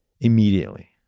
immediately